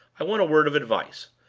i want a word of advice.